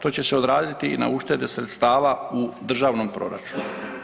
To će se odraziti i na uštede sredstava u državnom proračunu.